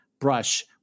brush